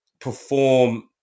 perform